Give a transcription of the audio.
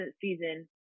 season